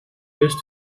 best